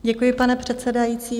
Děkuji, pane předsedající.